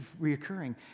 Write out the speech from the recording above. reoccurring